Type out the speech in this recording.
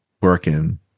working